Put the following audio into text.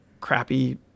crappy